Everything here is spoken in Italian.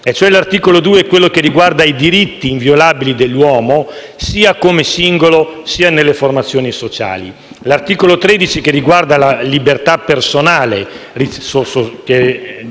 L'articolo 2 è quello che riguarda i diritti inviolabili dell'uomo, sia come singolo, sia nelle formazioni sociali; l'articolo 13 riguarda la libertà personale,